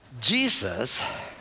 Jesus